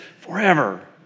forever